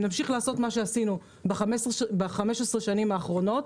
אם נמשיך לעשות מה שעשינו ב-15 שנים האחרונות,